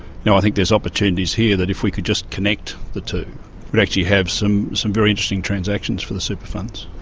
you know i think there's opportunities here that if we could just connect the two we'd actually have some some very interesting transactions for the super funds.